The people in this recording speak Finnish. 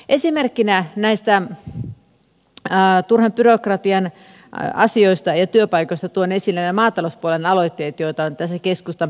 esimerkkinä näistä turhan byrokratian asioista ja työpaikoista tuon esille nämä maatalouspuolen aloitteet joita on tässä keskustan paketissa matkassa